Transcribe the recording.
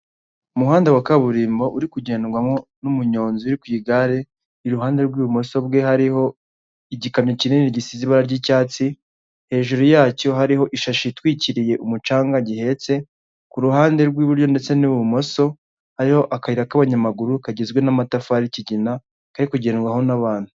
Abagabo batatu aho bicaye umwuka umwe akaba yambaye ikote ry'umukara ndetse akaba yambayemo n'ishati y'ubururu, abandi babiri bakaba bambaye amashati y'mweru, aho buri wese hari akarangururamajwi imbere ye wo hagati akaba ari we uri kuvuga.